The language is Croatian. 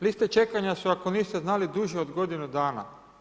Liste čekanja su, ako niste znali, duže od godinu dana.